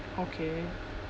okay